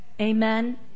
Amen